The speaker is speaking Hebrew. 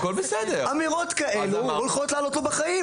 אמירות כאלה יכולות לעלות לו בחיים,